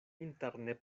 interne